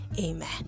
amen